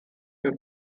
que